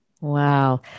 Wow